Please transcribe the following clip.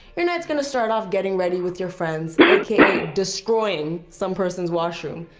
your night's gonna start off getting ready with your friends aka, destroying some persons wash room,